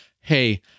Hey